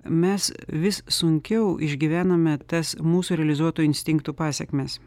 mes vis sunkiau išgyvename tas mūsų realizuotų instinktų pasekmes